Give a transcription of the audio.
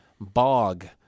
bog